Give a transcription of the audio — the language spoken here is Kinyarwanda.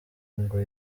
ngo